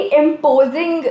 imposing